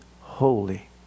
holy